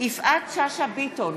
יפעת שאשא ביטון,